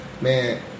Man